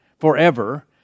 forever